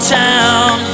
town